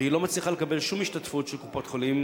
והיא לא מצליחה לקבל שום השתתפות של קופת-חולים,